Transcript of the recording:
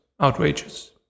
outrageous